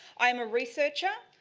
i am a researcher,